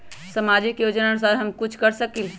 सामाजिक योजनानुसार हम कुछ कर सकील?